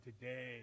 today